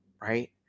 right